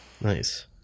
Nice